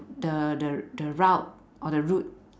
the the the route or the route